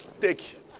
Take